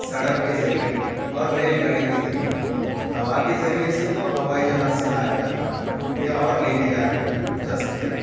سڑک کے ذریعے اور ریل گاڑی کے ذریعے ہوا کے ذریعے سے تو ہوائی جہاز سے لایا جاتا یا اور لے کے جایا جا سکتے